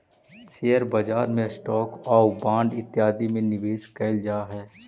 share बाजार में stock आउ बांड इत्यादि में निवेश कैल जा हई